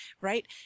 right